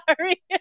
sorry